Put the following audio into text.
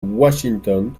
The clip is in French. washington